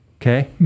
Okay